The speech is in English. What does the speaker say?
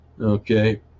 Okay